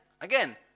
Again